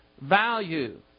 value